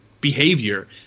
behavior